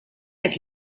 hekk